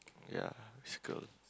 ya circle